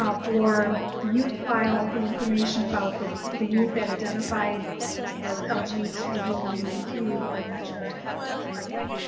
ah for the youth file, the information about the the youth that identified as lgtbq, i'm not sure sorry if i got.